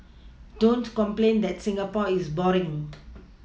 don't complain that Singapore is boring